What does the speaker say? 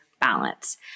balance